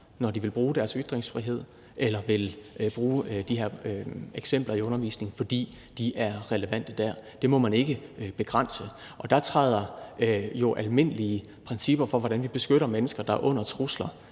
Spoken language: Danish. når de vil bruge deres ytringsfrihed eller vil bruge de her eksempler i undervisningen, fordi de er relevante. Det må man ikke begrænse. Og der træder de almindelige principper for, hvordan vi beskytter mennesker, der er under trusler,